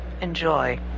Enjoy